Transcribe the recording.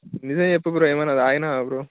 నిజం చెప్పు బ్రో ఏమైనా తాగినావా బ్రో